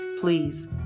please